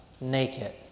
naked